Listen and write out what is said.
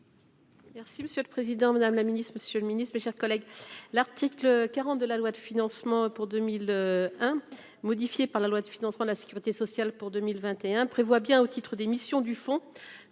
Merci monsieur le Président, Madame la Ministre, Monsieur le Ministre, mes chers collègues, l'article 40 de la loi de financement pour 2001 modifié par la loi de financement de la Sécurité sociale pour 2021 prévoit bien au titre des missions du Fonds